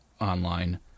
online